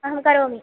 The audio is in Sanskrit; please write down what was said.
अहं करोमि